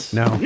no